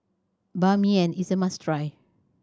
Ban Mian is a must try